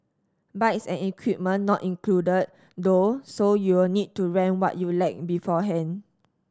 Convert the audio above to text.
bikes and equipment not included though so you'll need to rent what you lack beforehand